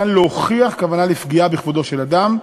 להוכיח כוונה לפגיעה בכבודו של אדם,